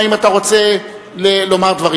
האם אתה רוצה לומר דברים?